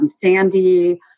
Sandy